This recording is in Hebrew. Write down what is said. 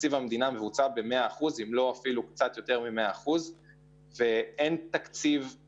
תקציב המדינה בוצע במאה אחוז וקצת יותר ואין תת-ביצוע.